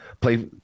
play